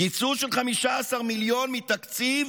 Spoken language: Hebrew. קיצוץ של 15 מיליון ש"ח מתקציב